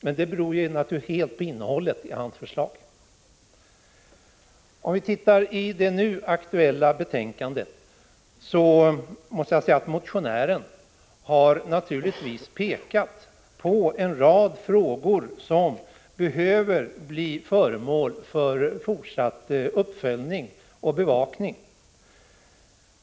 Men det beror naturligtvis helt på innehållet i hans förslag. I de motioner som behandlas i det nu aktuella betänkandet har motionären pekat på en rad frågor som behöver bli föremål för fortsatt uppföljning och bevakning.